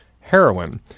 heroin